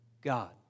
God